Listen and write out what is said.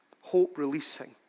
hope-releasing